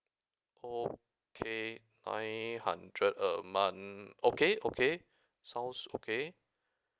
okay nine hundred a month okay okay sounds okay